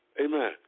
Amen